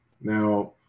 Now